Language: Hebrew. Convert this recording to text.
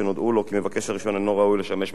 כי מבקש הרשיון אינו ראוי לשמש מתווך במקרקעין.